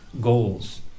goals